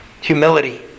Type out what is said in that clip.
humility